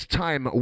time